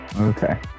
Okay